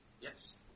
Yes